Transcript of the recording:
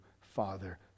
father